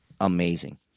amazing